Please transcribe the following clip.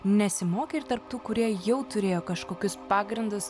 nesimokė ir tarp tų kurie jau turėjo kažkokius pagrindus